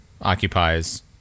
occupies